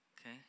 okay